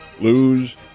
lose